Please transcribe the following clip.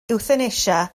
ewthanasia